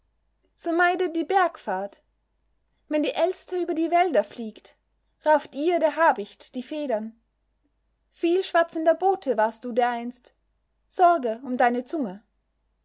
so meide die bergfahrt wenn die elster über die wälder fliegt rauft ihr der habicht die federn vielschwatzender bote warst du dereinst sorge um deine zunge